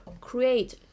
create